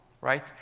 right